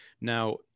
now